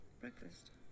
breakfast